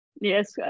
Yes